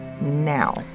now